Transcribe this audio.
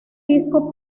disco